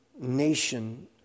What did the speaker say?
nation